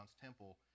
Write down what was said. temple